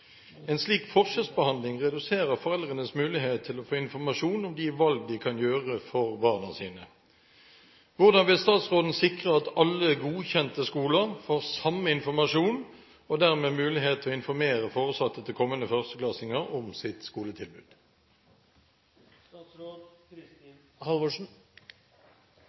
En slik forskjellsbehandling reduserer foreldrenes mulighet til å få informasjon om de valg de kan gjøre for barna sine. Hvordan vil statsråden sikre at alle godkjente skoler får samme informasjon og dermed mulighet til å informere foresatte til kommende førsteklassinger om sitt skoletilbud?»